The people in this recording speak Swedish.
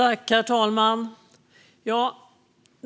Herr talman!